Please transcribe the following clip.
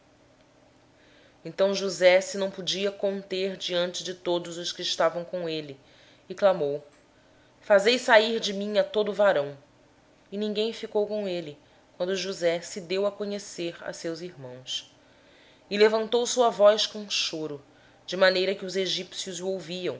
então josé não se podia conter diante de todos os que estavam com ele e clamou fazei a todos sair da minha presença e ninguém ficou com ele quando se deu a conhecer a seus irmãos e levantou a voz em choro de maneira que os egípcios o ouviram